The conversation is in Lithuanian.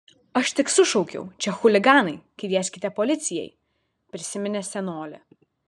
aš tik sušaukiau čia chuliganai kvieskite policijai prisiminė senolė